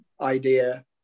idea